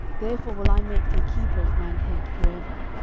therefore will i make thee keeper of mine head for ever.